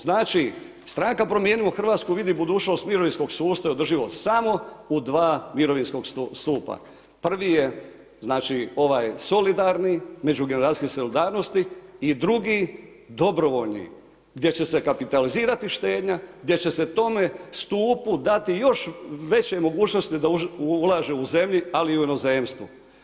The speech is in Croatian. Znači stranka Promijenimo Hrvatsku vidi budućnost mirovinskog sustava i održivo samo u dva mirovinska stupa, prvi je ovaj solidarni međugeneracijske solidarnosti i drugi dobrovoljni gdje će se kapitalizirati štednja, gdje će se tome stupu dati još veće mogućnosti da ulaže u zemlji ali i u inozemstvu.